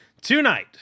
Tonight